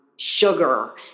sugar